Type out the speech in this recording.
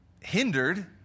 hindered